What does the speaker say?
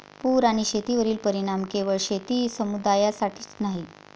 पूर आणि शेतीवरील परिणाम केवळ शेती समुदायासाठीच नाही